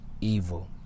evil